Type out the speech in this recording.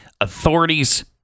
Authorities